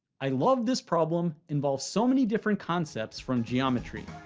i love this problem involves so many different concepts from geometry.